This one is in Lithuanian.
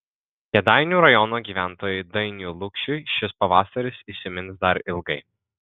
kėdainių rajono gyventojui dainiui lukšiui šis pavasaris įsimins dar ilgai